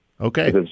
okay